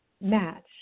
match